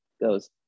goes